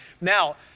Now